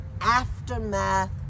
aftermath